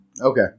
Okay